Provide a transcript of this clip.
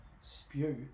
spew